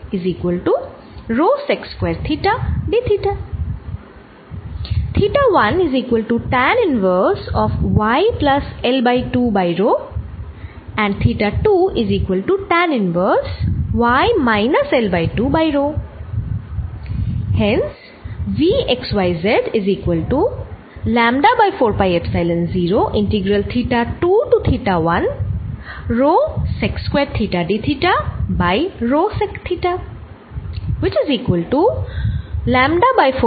এটাই হল উত্তর